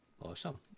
Awesome